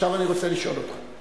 עכשיו אני רוצה לשאול אותך.